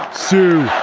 sue